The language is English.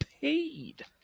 paid